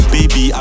Baby